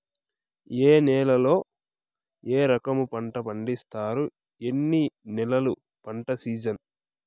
ఏ నేలల్లో ఏ రకము పంటలు పండిస్తారు, ఎన్ని నెలలు పంట సిజన్?